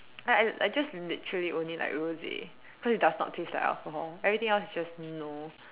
I I I just like literally only like Rosé cause it does not taste like alcohol everything else is just no